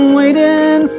waiting